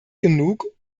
genug